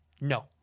No